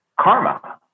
karma